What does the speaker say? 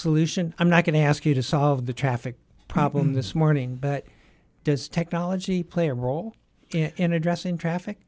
solution i'm not going to ask you to solve the traffic problem this morning but does technology play a role in addressing traffic